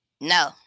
No